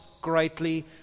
greatly